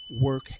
work